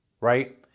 Right